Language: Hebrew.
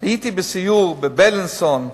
הייתי בסיור ב"בילינסון",